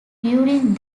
during